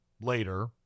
later